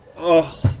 oh,